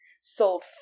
sold